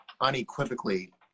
unequivocally